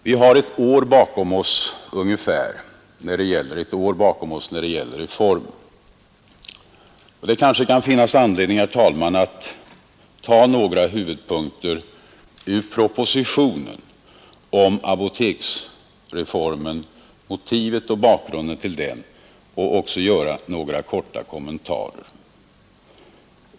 Det är ungefär ett år sedan reformen genomfördes, och det kanske kan finnas anledning, herr talman, att erinra om några av huvudpunkterna i propositionen om apoteksreformen, om motivet och bakgrunden till den, och göra några korta kommentarer.